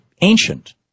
ancient